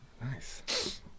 Nice